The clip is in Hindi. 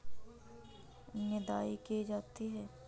निदाई की जाती है?